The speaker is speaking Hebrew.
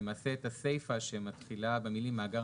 למעשה את הסיפה שמתחילה במילים 'מאגר